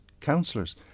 councillors